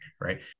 right